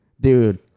Dude